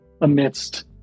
amidst